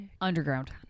Underground